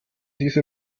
diese